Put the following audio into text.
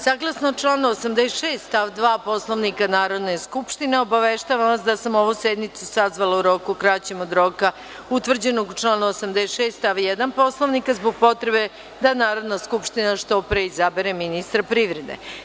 Saglasno članu 86. stav 2. Poslovnika Narodne skupštine obaveštavam vas da sam ovu sednicu sazvala u roku kraćem od roka utvrđenog u članu 86. stav 1. Poslovnika, zbog potrebe da Narodna skupština što pre izabere ministra privrede.